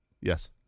Yes